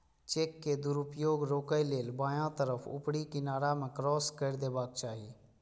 cheque के दुरुपयोग रोकै लेल बायां तरफ ऊपरी किनारा मे क्रास कैर देबाक चाही